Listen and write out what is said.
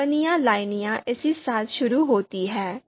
टिप्पणियाँ लाइनें इसके साथ शुरू होती हैं